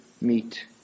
meet